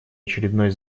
очередной